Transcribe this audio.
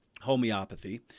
homeopathy